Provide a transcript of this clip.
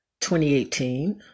2018